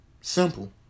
Simple